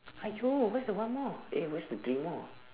!aiyo! where's the one more eh where's the three more